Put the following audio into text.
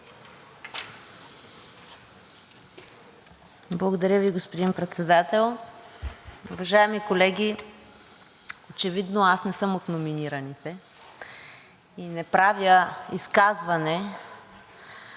Благодаря Ви, господин Председател. Уважаеми колеги, очевидно аз не съм от номинираните и не правя изказване,